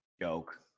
joke